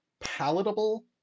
palatable